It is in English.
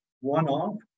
one-off